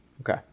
Okay